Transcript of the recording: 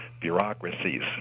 bureaucracies